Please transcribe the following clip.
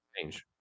change